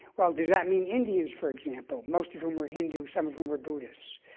well, does that mean indians, for example, most of whom were hindu, some of whom were buddhists?